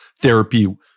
therapy